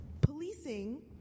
Policing